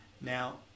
Now